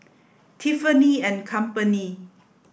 Tiffany and Company